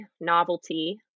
novelty